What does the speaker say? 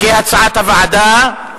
כהצעת הוועדה.